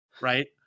right